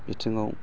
बिथिंआव